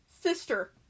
Sister